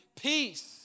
peace